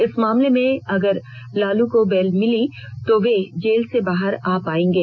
इस मामले में अगर लालू को बेल मिली तो वे जेल से बाहर आ पायेंगे